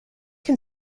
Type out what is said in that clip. can